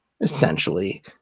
essentially